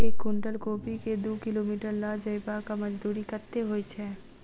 एक कुनटल कोबी केँ दु किलोमीटर लऽ जेबाक मजदूरी कत्ते होइ छै?